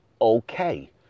okay